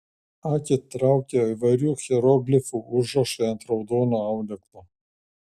akį traukia įvairių hieroglifų užrašai ant raudono audeklo